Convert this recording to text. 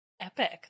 Epic